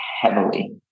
heavily